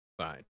fine